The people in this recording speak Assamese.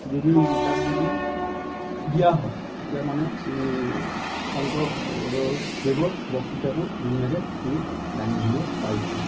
যদি তাক যদি দিয়া হয় তেতিয়া মানে শংকৰদেৱৰ বক্তৃতাটো ধুনীয়াকে সি দাঙি ধৰিব পাৰিছে